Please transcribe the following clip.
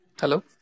Hello